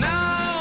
now